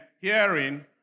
hearing